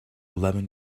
lemon